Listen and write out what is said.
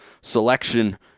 selection